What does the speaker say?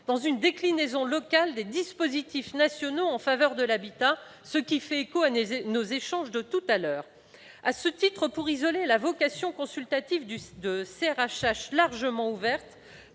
dans une déclinaison locale des dispositifs nationaux en faveur de l'habitat- cela fait écho aux échanges que nous avons eus précédemment. À ce titre, pour isoler la vocation consultative de CRHH largement ouverts